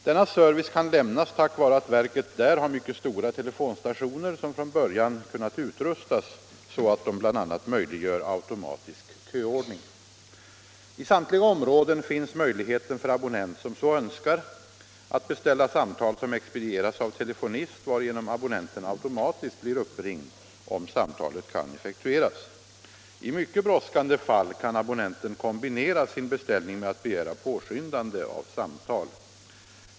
Denna service kan lämnas tack vare att verket där har mycket stora telefonstationer, som från början kunnat utrustas så att de bl.a. möjliggör automatisk köordning. I samtliga områden finns möjligheten för abonnent som så önskar att beställa samtal som expedieras av telefonist, varigenom abonnenten automatiskt blir uppringd om samtalet kan effektueras. I mycket brådskande fall kan abonnenten kombinera sin beställning med att begära påskyndande av samtal.